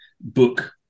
book